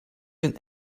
een